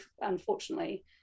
unfortunately